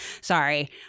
sorry